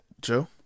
Joe